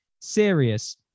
serious